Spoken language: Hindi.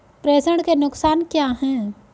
प्रेषण के नुकसान क्या हैं?